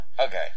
Okay